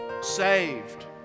saved